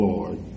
Lord